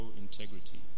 integrity